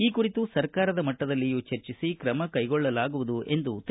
ಈ ಕುರಿತು ಸರಕಾರದ ಮಟ್ಟದಲ್ಲಿಯೂ ಚರ್ಚಿಸಿ ಕ್ರಮಕೈಗೊಳ್ಳಲಾಗುವುದು ಎಂದರು